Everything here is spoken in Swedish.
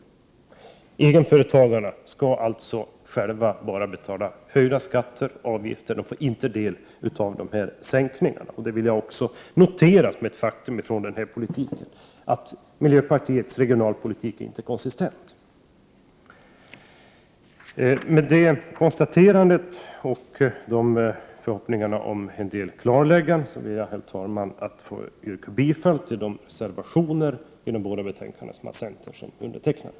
Återigen, egenföretagarna skall alltså bara betala högre skatter och avgifter. De får inte del av sänkningarna. Jag noterar som ett faktum i detta sammanhang att miljöpartiets regionalpolitik inte är konsistent. Med dessa konstateranden och med en förhoppning om vissa klarlägganden ber jag, herr talman, att få yrka bifall till de reservationer i båda betänkandena som har undertecknats av centerledamöter.